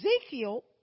Ezekiel